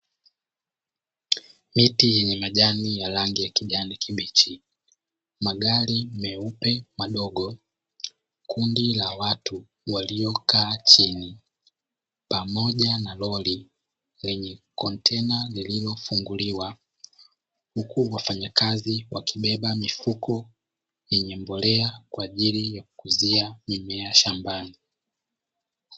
Miti yenye majani ya rangi ya kijani kibichi, magari meupe madogo, kundi la watu waliokaa chini, pamoja na lori lenye kontena lililofunguliwa, huku wafanyakazi wakibebea mifuko yenye mimea kwa ajili ya kukuzia mimea shambani.